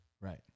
Right